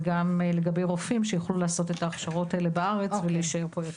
וגם לגבי רופאים שיוכלו לעשות את ההכשרות האלה בארץ ולהישאר פה יותר.